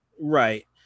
Right